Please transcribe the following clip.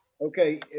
okay